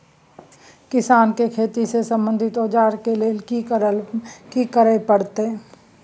किसान के खेती से संबंधित औजार के लेल की करय परत?